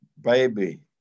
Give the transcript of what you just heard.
baby